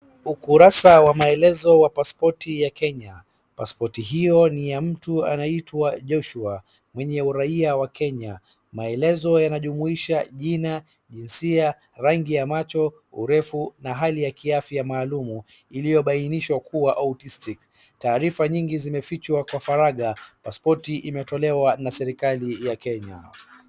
Ukurasa wa maelezo wa passport ya Kenya. Paspoti hiyo ni ya mtu anaitwa Joshua mwenye uraia wa Kenya. Maelezo yanajumuisha jina, jinsia, rangi ya macho, urefu, na hali ya kiafya maalumu, iliyobainishwa kuwa outistic taarifa nyingi zimefichwa kwa faraga, paspoti imetolewa na serikali ya Kenya.